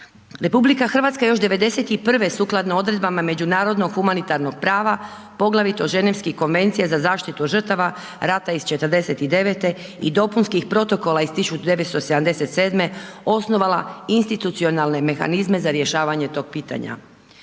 i civila. RH je još '91. sukladno odredbama međunarodnog humanitarnog prava, poglavito Ženevskih konvencija za zaštitu žrtava rata iz '49. i dopunskih protokola iz 1977. osnovala institucionalne mehanizme za rješavanje tog pitanja.